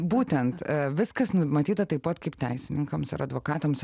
būtent viskas numatyta taip pat kaip teisininkams ar advokatams